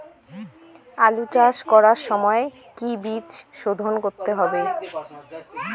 আলু চাষ করার সময় কি বীজ শোধন করতে হবে?